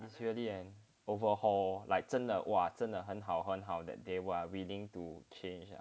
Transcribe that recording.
it's really an overhaul like 真的 !wah! 真的很好很好 that they are willing to change lah